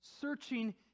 Searching